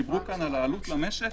דיברו פה על העלות למשק.